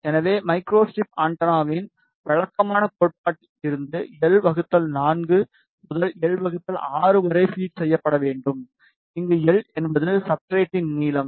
எனவே micro strip ஆண்டெனாவின் வழக்கமான கோட்பாட்டில் இருந்து எல் 4 முதல் எல் 6 வரை ஃபீட் செய்யப்பட வேண்டும் அங்கு எல் என்பது சப்ஸ்ட்ரட்டின் நீளம்